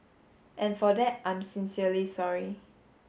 and for that I'm sincerely sorry